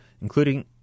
including